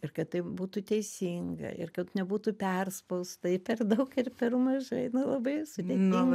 ir kad tai būtų teisinga ir kad nebūtų perspausta ir per daug ir per mažai nu labai sudėtinga